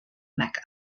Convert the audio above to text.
mecca